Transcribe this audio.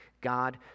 God